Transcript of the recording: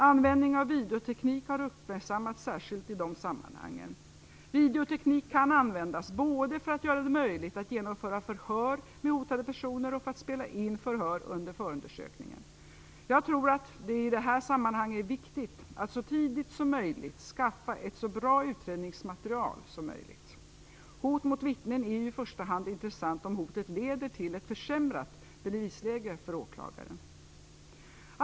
Användning av videoteknik har uppmärksammats särskilt i dessa sammanhang. Videoteknik kan användas både för att göra det möjligt att genomföra förhör med hotade personer och för att spela in förhör under förundersökningen. Jag tror att det i det här sammanhanget är viktigt att så tidigt som möjligt skaffa ett så bra utredningsmaterial som möjligt. Hot mot vittnen är i första hand intressant om hotet leder till ett försämrat bevisläge för åklagaren.